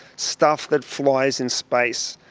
stuff that flies in space.